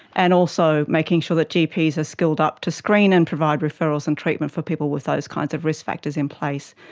and also making sure that gps are skilled-up to screen and provide referrals and treatment for people with those kinds of risk factors in place.